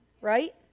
right